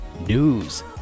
news